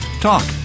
Talk